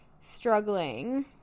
struggling